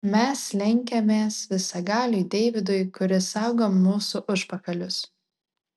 mes lenkiamės visagaliui deividui kuris saugo mūsų užpakalius